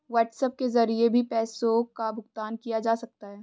WhatsApp के जरिए भी पैसों का भुगतान किया जा सकता है